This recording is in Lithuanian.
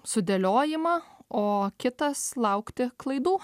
sudėliojimą o kitas laukti klaidų